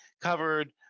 covered